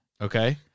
Okay